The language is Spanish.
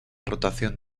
rotación